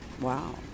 Wow